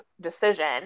decision